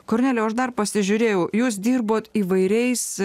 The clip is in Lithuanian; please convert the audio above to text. kornelijau aš dar pasižiūrėjau jūs dirbot įvairiais